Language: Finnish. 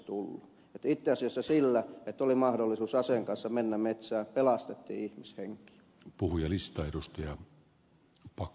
itse asiassa sillä että oli mahdollisuus aseen kanssa mennä metsään pelastettiin ihmishenkiä